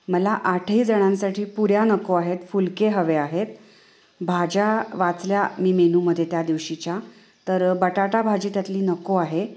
मला आठही जणांसाठी पुऱ्या नको आहेत फुलके हवे आहेत भाज्या वाचल्या मी मेनूमध्ये त्या दिवशीच्या तर बटाटा भाजी त्यातली नको आहे